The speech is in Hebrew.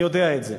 אני יודע את זה,